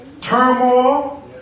turmoil